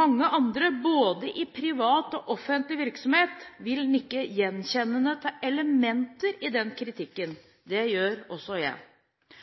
mange andre, både i privat og offentlig virksomhet, vil nikke gjenkjennende til elementer i den kritikken – det gjør også jeg.